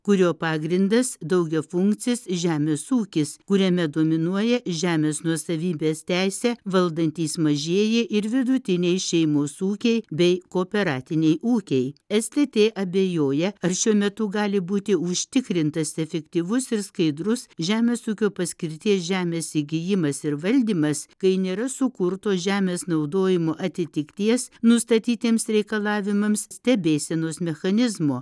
kurio pagrindas daugiafunkcis žemės ūkis kuriame dominuoja žemės nuosavybės teisę valdantys mažieji ir vidutiniai šeimos ūkiai bei kooperatiniai ūkiai stt abejoja ar šiuo metu gali būti užtikrintas efektyvus ir skaidrus žemės ūkio paskirties žemės įgijimas ir valdymas kai nėra sukurto žemės naudojimo atitikties nustatytiems reikalavimams stebėsenos mechanizmo